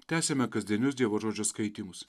tęsiame kasdienius dievo žodžio skaitymus